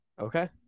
Okay